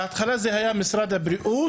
בהתחלה זה היה משרד הבריאות,